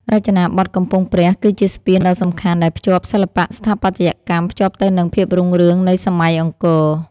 រចនាបថកំពង់ព្រះគឺជាស្ពានដ៏សំខាន់ដែលភ្ជាប់សិល្បៈស្ថាបត្យកម្មភ្ជាប់ទៅនឹងភាពរុងរឿងនៃសម័យអង្គរ។